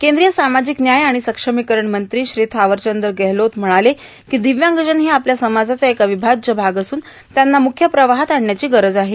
कद्रीय सामाजिक न्याय आर्गण सक्षमीकरण मंत्री थावरचंद गेहलोत म्हणाले कां दिव्यांगजन हे आपल्या समाजाचा एक र्आवभाज्य भाग आहेत र्आण त्यांना मुख्य प्रवाहात आणण्याची गरज आहे